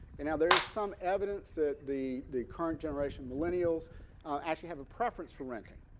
and now there is some evidence that the the current generation millennials actually have a preference for renting.